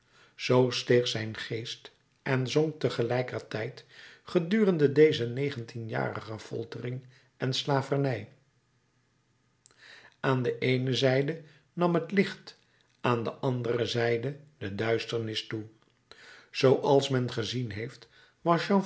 zoo steeg zijn geest en zonk tegelijkertijd gedurende deze negentienjarige foltering en slavernij aan de eene zijde nam het licht aan de andere zijde de duisternis toe zooals men gezien heeft